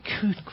good